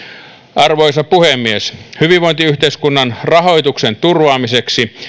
arvoisa puhemies hyvinvointiyhteiskunnan rahoituksen turvaamiseksi